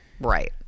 Right